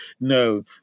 no